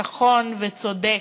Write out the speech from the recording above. נכון וצודק